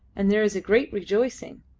and there is great rejoicing.